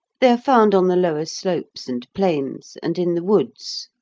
they are found on the lower slopes and plains, and in the woods.